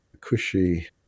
cushy